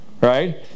right